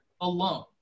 alone